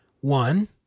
One